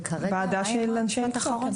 ועדה של אנשי מקצוע,